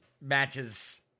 matches